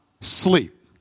sleep